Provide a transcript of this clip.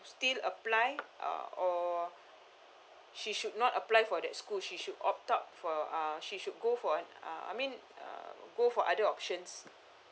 still apply uh or she should not apply for that school she should opt out for uh she should go for uh I mean uh go for other options